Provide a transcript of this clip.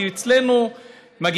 כי אצלנו הם עובדים,